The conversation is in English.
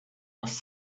was